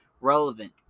relevant